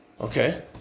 Okay